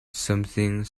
something